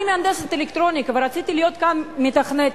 אני מהנדסת אלקטרוניקה ורציתי להיות גם מתכנתת.